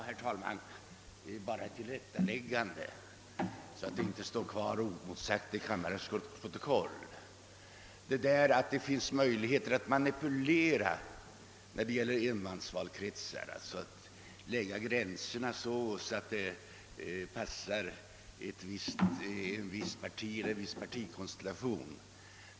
Herr talman! Jag vill bara göra ett tillrättaläggande så att inte ett visst påstående från den senaste talaren står kvar oemotsagt i kammarens protokoll. Innan vi började undersöka saken trodde även jag en gång att det fanns möjligheter att manipulera när det gällde enmansvalkretsar, d.v.s. att man kunde lägga valkretsarnas gränser så att de passade ett visst parti eller viss partikonstellation.